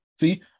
see